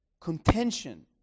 contention